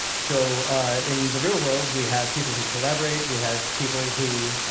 so in the real world, we have people who collaborate we have people who